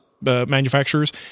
manufacturers